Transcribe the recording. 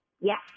Yes